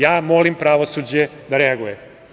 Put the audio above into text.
Ja molim pravosuđe da reaguje.